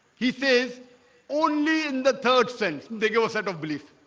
he says only in the third sense they give a set of beliefs